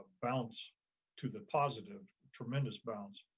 bounce to the positive, tremendous bounce.